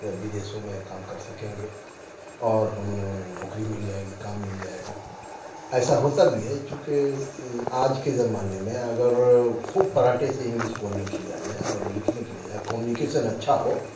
بدیسوں میں کام کر سکیں گے اور ہمیں نوکری مل جائے گی کام مل جائے گا ایسا ہوتا بھی ہے چونکہ آج کے زمانے میں اگر خوب فراٹے سے انگلش بولنے کے لیے آ جائے اور لکھنے کے لیے آ جائے کمیونیکیشن اچھا ہو